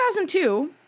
2002